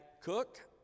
cook